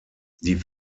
die